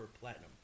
platinum